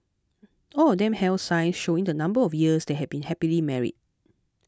all of them held signs showing the number of years they had been happily married